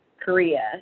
Korea